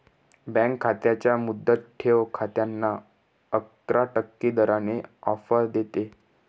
bank त्यांच्या मुदत ठेव खात्यांना अकरा टक्के दराने ऑफर देते